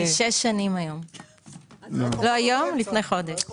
שש שנים לפני חודש.